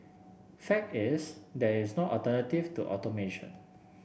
fact is there is no alternative to automation